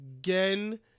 again